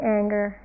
anger